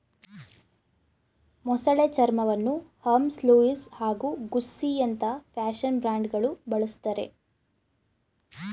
ಮೊಸಳೆ ಚರ್ಮವನ್ನು Hermes Louis ಹಾಗೂ ಗುಸ್ಸಿಯಂತ ಫ್ಯಾಷನ್ ಬ್ರ್ಯಾಂಡ್ಗಳು ಬಳುಸ್ತರೆ